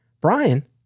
Brian